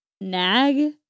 nag